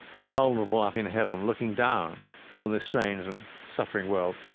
invulnerable up in heaven, looking down on this strange and suffering world,